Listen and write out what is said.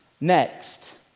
Next